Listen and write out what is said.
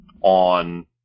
on